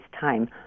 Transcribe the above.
time